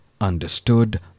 understood